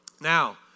Now